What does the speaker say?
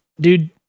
dude